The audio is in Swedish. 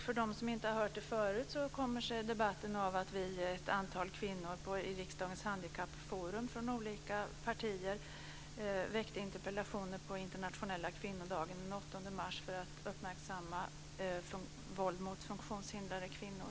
För dem som inte har hört det förut kan jag tala om att debatten kommer sig av att vi är ett antal kvinnor i riksdagens handikappforum från olika partier som väckte interpellationer på den internationella kvinnodagen den 8 mars för att uppmärksamma våld mot funktionshindrade kvinnor.